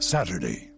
Saturday